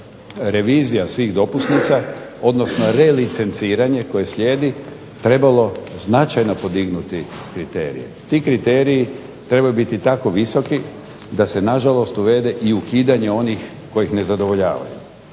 revizija svih dopusnica odnosno relicenciranje koje slijedi trebalo značajno podignuti kriterije. Ti kriteriji trebaju biti tako visoki da se na žalost uvede ukidanje onih koji ne zadovoljavaju.